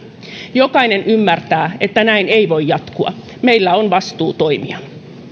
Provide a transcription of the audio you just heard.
jokainen ymmärtää että näin ei voi jatkua meillä on vastuu toimia